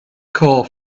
core